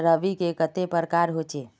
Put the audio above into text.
रवि के कते प्रकार होचे?